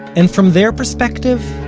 and from their perspective,